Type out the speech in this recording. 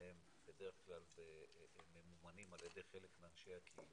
הם בדרך כלל ממומנים על ידי חלק מאנשי הקהילה,